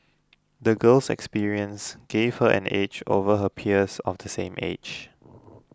the girl's experiences gave her an edge over her peers of the same age